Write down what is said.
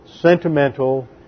sentimental